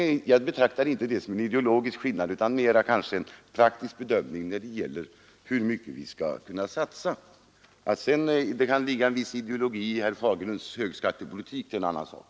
Jag betraktar inte detta som en ideologisk skillnad utan mera som en praktisk bedömning av hur mycket vi kan satsa. Att det sedan kan ligga en viss ideologi i herr Fagerlunds högskattepolitik är en annan sak.